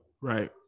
Right